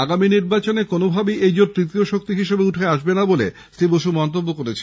আগামী নির্বাচনে কোনোভাবেই এই জোট তৃতীয় শক্তি হিসেবে উঠে আসবে না বলে শ্রী বসু মন্তব্য করেছেন